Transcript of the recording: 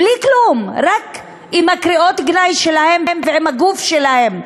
בלי כלום, רק עם קריאות הגנאי שלהן ועם הגוף שלהן.